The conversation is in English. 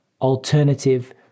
alternative